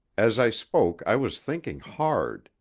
as i spoke i was thinking hard,